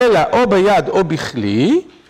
‫אלא או ביד או בכלי.